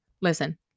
Listen